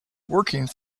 working